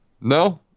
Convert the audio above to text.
no